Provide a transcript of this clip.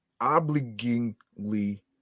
obligingly